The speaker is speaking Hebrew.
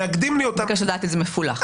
מאגדים לי --- אתה מבקש לדעת אם זה מפולח.